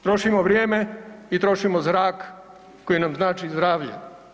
Trošimo vrijeme i trošimo zrak koji nam znači zdravlje.